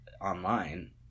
online